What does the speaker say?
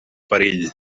perill